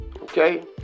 Okay